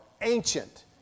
ancient